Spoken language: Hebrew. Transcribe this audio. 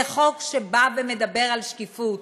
זה חוק שבא ומדבר על שקיפות.